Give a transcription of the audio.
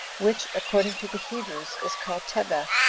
which, according to the hebrews, is called tebeth,